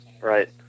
right